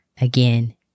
again